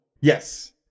Yes